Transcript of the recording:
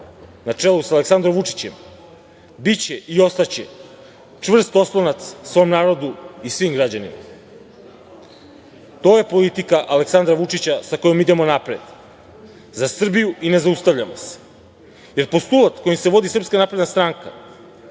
na čelu sa Aleksandrom Vučićem biće i ostaće čvrst oslonac svom narodu i svim građanima. To je politika Aleksandra Vučića sa kojom idemo napred, za Srbiju. I ne zaustavljamo se. Jer, postulat kojim se vodi SNS sa Aleksandrom